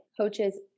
coaches